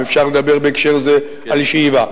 אם אפשר לדבר בהקשר זה על שאיבה,